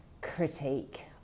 critique